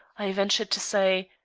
i ventured to say